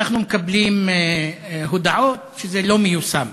אנחנו מקבלים הודעות שזה לא מיושם,